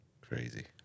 Crazy